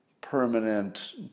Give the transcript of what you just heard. permanent